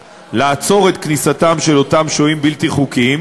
לעצור את כניסתם של אותם שוהים בלתי חוקיים,